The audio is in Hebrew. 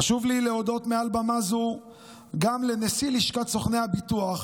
חשוב לי להודות מעל במה זו גם לנשיא לשכת סוכני הביטוח